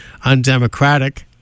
undemocratic